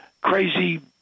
crazy